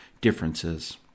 differences